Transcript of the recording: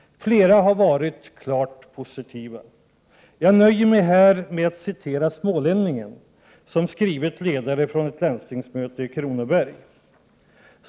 Flera har varit klart positiva till den senaste uppgörelsen. Jag nöjer mig här med att citera Smålänningen, som skrivit en ledare från ett landstingsmöte i Kronobergs län.